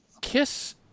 Kiss